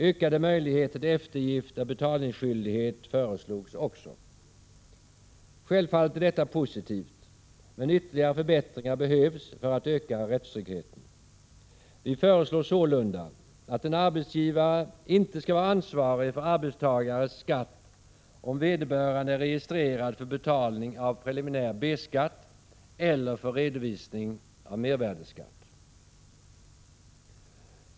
Ökade möjligheter till eftergift av betalningsskyldighet föreslogs också. Självfallet är detta positivt, men ytterligare förbättringar behövs för att öka rättstryggheten. Vi föreslår sålunda att en arbetsgivare inte skall vara ansvarig för arbetstagares skatt, om vederbörande är registrerad för betalning av preliminär B-skatt eller för redovisning av mervärdeskatt.